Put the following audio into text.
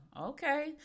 Okay